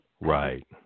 Right